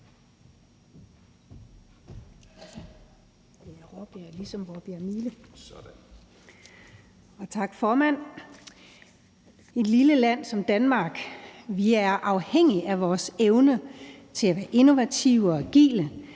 Tak, formand. I et lille land som Danmark er vi afhængige af vores evne til at være innovative og agile,